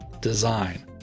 design